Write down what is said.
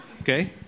okay